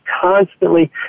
constantly